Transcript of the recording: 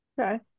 Okay